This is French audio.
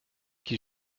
qui